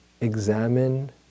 examine